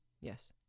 Yes